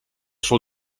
suo